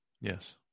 Yes